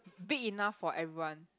big enough for everyone